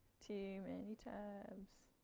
too many tabs.